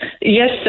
Yes